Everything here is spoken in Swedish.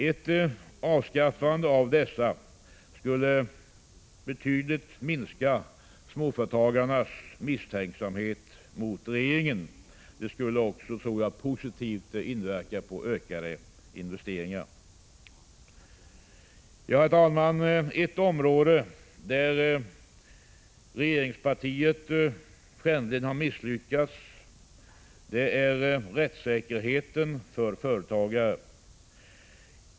Ett avskaffande av dessa skulle minska småföretagarnas misstänksamhet mot regeringen. Det skulle också positivt bidra till ökade investeringar. Herr talman! Ett område där regeringspartiet skändligen misslyckats är rättssäkerheten för företagare.